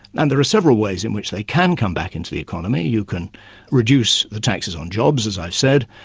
and there are several ways in which they can come back into the economy you can reduce the taxes on jobs, as i said,